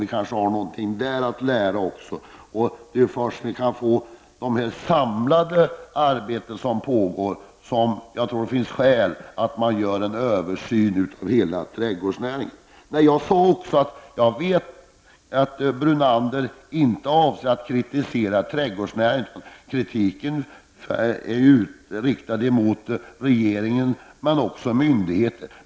Vi kanske har någonting där att lära också. Först när vi kan få de samlade arbeten som pågår tror jag att det finns skäl att göra en översyn av hela trädgårdsnäringen. Jag vet också att Lennart Brunander inte avsett att kritisera trädgårdsnäringen. Kritiken är riktad mot regeringen, men också mot myndigheterna.